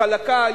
חלקה,